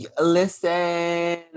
Listen